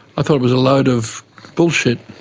thought it was a load of bullshit.